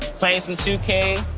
playin' some two k.